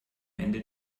ende